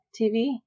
TV